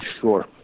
Sure